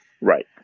Right